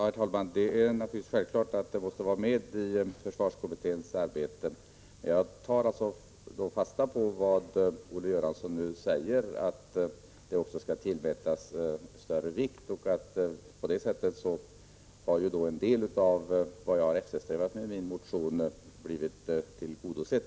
Herr talman! Det är naturligtvis självklart att frågan om försvaret av västkusten måste vara med i försvarskommitténs arbete. Jag tar fasta på vad Olle Göransson nu säger, att västkusten skall tillmätas större vikt. På det sättet har ju en del av det jag har eftersträvat med min motion blivit tillgodosedd.